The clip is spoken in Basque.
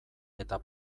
eta